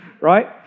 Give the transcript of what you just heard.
right